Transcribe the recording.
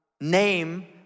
name